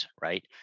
right